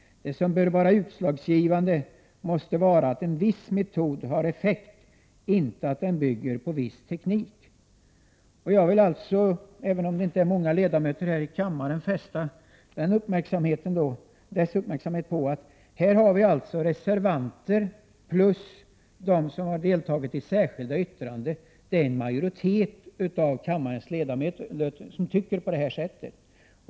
Det som bör vara utslagsgivande måste vara att en viss metod har effekt, inte att den bygger på viss teknik.” Även om det inte är många ledamöter närvarande här i kammaren, vill jag ändå fästa dess uppmärksamhet på att det rör sig alltså om reservanter plus de som står bakom detta särskilda yttrande, vilket innebär att det är en majoritet av kammarens ledamöter som delar denna åsikt.